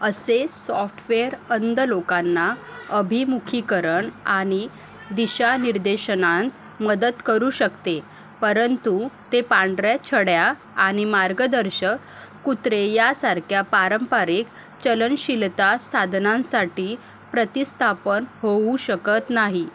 असे सॉफ्टवेअर अंध लोकांना अभिमुखीकरण आणि दिशानिर्देशनांत मदत करू शकते परंतु ते पांढऱ्या छड्या आणि मार्गदर्शक कुत्रे यासारख्या पारंपारिक चलनशीलता साधनांसाठी प्रतिस्थापन होऊ शकत नाही